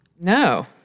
No